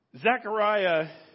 Zechariah